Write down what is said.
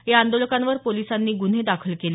या आंदोलकांवर पोलिसांनी गुन्हे दाखल केले